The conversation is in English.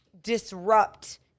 Disrupt